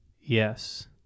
Yes